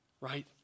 Right